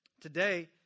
today